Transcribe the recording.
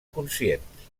conscients